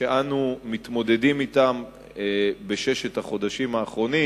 שבהן אנו מתמודדים אתם בששת החודשים האחרונים,